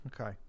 okay